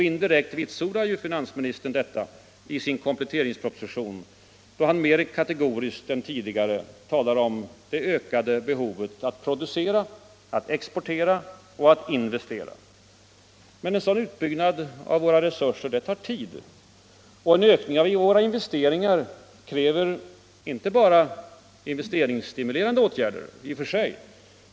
Indirekt vitsordar finansministern detta i sin kompletteringsproposition, då han mer kategoriskt än tidigare talar om det ökade behovet att producera, att exportera och att investera. Men en sådan utbyggnad av våra resurser tar tid. Och en ökning av våra investeringar kräver inte bara i och för sig investeringsstimulerande åtgärder.